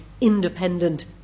independent